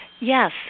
Yes